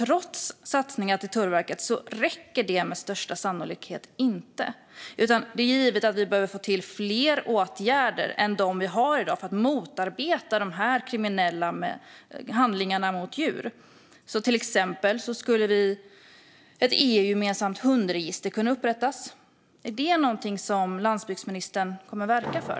Trots att satsningar gjorts på Tullverket räcker det med största sannolikhet inte, utan det är givet att vi behöver få till fler åtgärder än dem vi har i dag för att motarbeta de kriminella handlingarna mot djur. Till exempel skulle ett EU-gemensamt hundregister kunna upprättas. Är detta något som landsbygdsministern kommer att verka för?